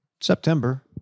september